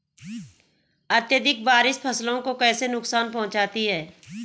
अत्यधिक बारिश फसल को कैसे नुकसान पहुंचाती है?